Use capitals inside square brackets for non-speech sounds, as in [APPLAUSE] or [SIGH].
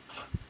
[BREATH]